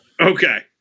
Okay